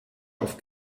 auf